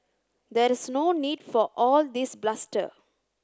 there is no need for all this bluster